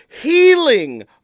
healing